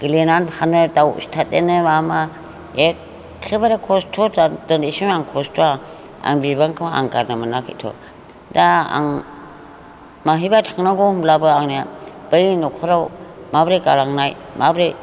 गेलेनानै फानो दाउ सिथारदेरो माबा माबि एकखेबारे खस्त'थार दिनैसिम आं खस्त' आं बिबानखौ आं गारनो मोनाखैथ' दा आं बहाबा थांनांगौ होनब्लाबो आंनिया बै न'खराव माबोरै गालांनाय माबोरै